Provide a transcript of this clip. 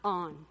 on